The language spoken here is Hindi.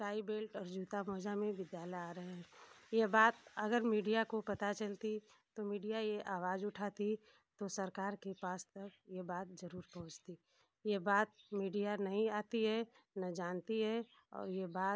टाई बेल्ट और जूता मोजा में विद्यालय आ रहे हैं ये बात अगर मीडिया को पता चलती तो मीडिया ये आवाज़ उठाती तो सरकार के पास तक ये बात जरूर पहुँचती ये बात मीडिया नहीं आती है न जानती है और ये बात